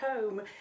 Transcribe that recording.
home